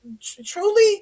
truly